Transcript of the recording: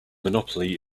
monopoly